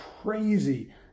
crazy